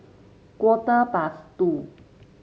quarter past two